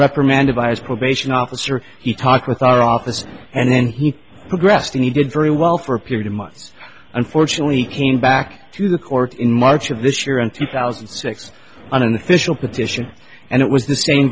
reprimanded by his probation officer he talked with our office and then he progressed and he did very well for a period of months unfortunately he came back to the court in march of this year in two thousand and six on an official petition and it was